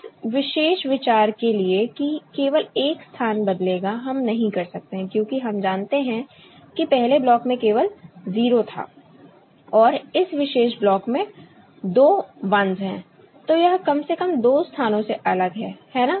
इस विशेष विचार के लिए कि केवल एक स्थान बदलेगा हम नहीं कर सकते हैं क्योंकि हम जानते हैं कि पहले ब्लॉक में केवल 0 था और इस विशेष ब्लॉक में दो 1's हैं तो यह कम से कम 2 स्थानों से अलग हैं है ना